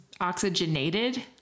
oxygenated